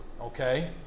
okay